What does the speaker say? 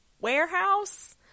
warehouse